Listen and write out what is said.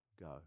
go